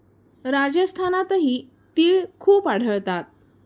राजस्थानातही तिळ खूप आढळतात